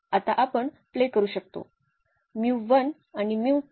आता आपण प्ले करू शकतो